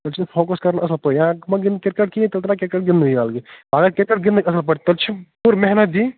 تیٚلہِ چھُ فوکَس کَرُن اصٕل پٲٹھۍ یا مَہ گِنٛد کرکٹ کِہیٖنۍ تیٚلہِ ترٛاو کِرکَٹ گِنٛدنُے اگر کرکٹ گِنٛدَکھ اَصٕل پٲٹھۍ تیٚلہِ چھِ پوٗرٕ محنت دِنۍ